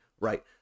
right